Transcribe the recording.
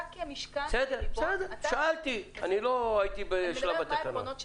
אני מדברת מה העקרונות שלנו.